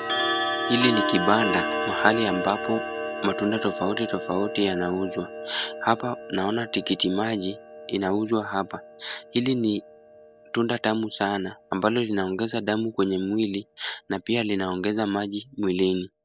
Hili ni kibanda mahali ambapo matunda tofauti tofauti yanauzwa. Hapa naona tikiti maji inauzwa hapa. Hili ni tunda tamu sana. Ambalo linaongeza damu kwenye mwili na pia linaongeza maji mwilini.